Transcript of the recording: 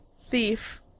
Thief